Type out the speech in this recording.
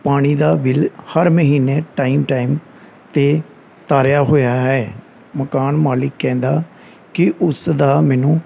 ਪਾਣੀ ਦਾ ਬਿਲ ਹਰ ਮਹੀਨੇ ਟਾਈਮ ਟਾਈਮ 'ਤੇ ਤਾਰਿਆ ਹੋਇਆ ਹੈ ਮਕਾਨ ਮਾਲਕ ਕਹਿੰਦਾ ਕਿ ਉਸ ਦਾ ਮੈਨੂੰ